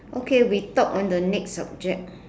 okay we talk on the next subject